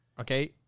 okay